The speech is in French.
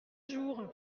jour